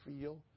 feel